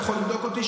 אתה יכול לבדוק אותי,